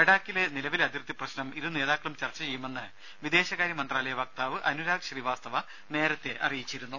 ലഡാക്കിലെ നിലവിലെ അതിർത്തിപ്രശ്നം ഇരു നേതാക്കളും ചർച്ച ചെയ്യുമെന്ന് വിദേശകാര്യ മന്ത്രാലയ വക്താവ് അനുരാഗ് ശ്രീവാസ്തവ നേരത്തെ അറിയിച്ചിരുന്നു